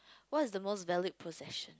what's the most valid possession